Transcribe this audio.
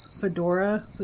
Fedora